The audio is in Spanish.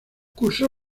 cursó